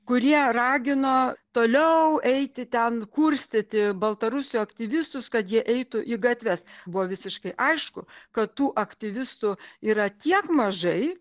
kurie ragino toliau eiti ten kurstyti baltarusių aktyvistus kad jie eitų į gatves buvo visiškai aišku kad tų aktyvistų yra tiek mažai